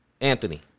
Anthony